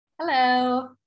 Hello